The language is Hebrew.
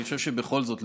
אני חושב שבכל זאת,